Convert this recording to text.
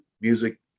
music